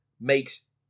makes